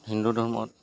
হিন্দু ধৰ্মত